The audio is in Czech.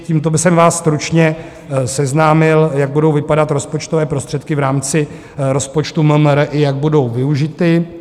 Tímto bych vás stručně seznámil, jak budou vypadat rozpočtové prostředky v rámci rozpočtu MMR i jak budou využity.